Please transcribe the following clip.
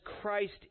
Christ